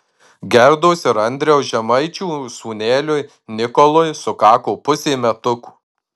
gerdos ir andriaus žemaičių sūneliui nikolui sukako pusė metukų